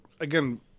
Again